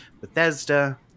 Bethesda